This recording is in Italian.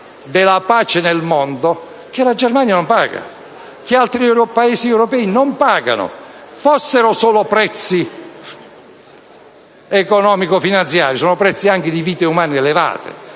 per la pace nel mondo che la Germania non paga, che altri Paesi europei non pagano. E fossero solo prezzi economico-finanziari! Il prezzo è, anche in termini di vite